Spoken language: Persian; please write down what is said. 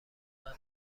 منو